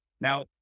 now